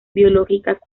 biológicas